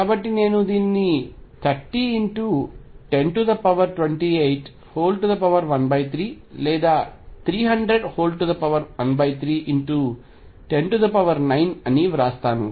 కాబట్టి నేను దీనిని 30×102813 లేదా 30013109అని వ్రాస్తాను